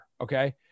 okay